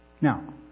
Now